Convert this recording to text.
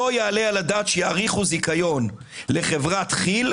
לא ייתכן שיאריכו זיכיון לחברת כי"ל,